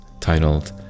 titled